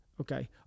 Okay